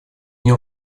нем